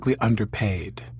underpaid